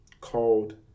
called